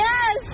Yes